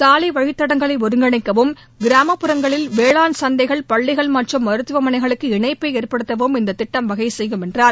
சாலை வழித்தடங்களை ஒருங்கிணைக்கவும் கிராமப்புறங்களில் வேளாண் சந்தைகள் பள்ளிகள் மற்றும் மருத்துவமனைகளுக்கு இணைப்பை ஏற்படுத்தவும் இந்த திட்டம் வகைசெய்யும் என்றார்